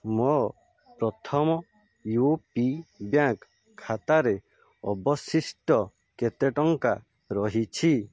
ମୋ Prathama U P bank ଖାତାରେ ଅବଶିଷ୍ଟ କେତେ ଟଙ୍କା ରହିଛି